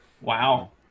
wow